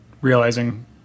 realizing